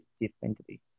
differently